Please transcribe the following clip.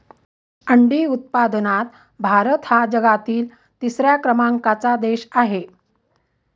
अंडी उत्पादनात भारत हा जगातील तिसऱ्या क्रमांकाचा देश आहे